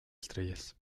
estrellas